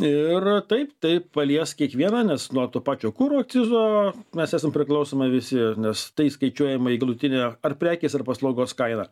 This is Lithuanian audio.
ir taip tai palies kiekvieną nes nuo to pačio kuro akcizo mes esam priklausomi visi nes tai įskaičiuojama į galutinę ar prekės ar paslaugos kainą